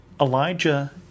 Elijah